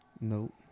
Nope